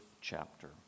chapter